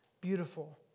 beautiful